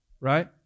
right